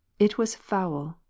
it was foul,